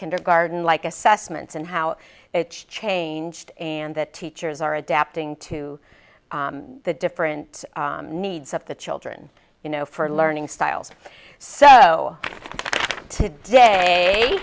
kindergarten like assessments and how it's changed and that teachers are adapting to the different needs of the children you know for learning styles so to day